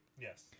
yes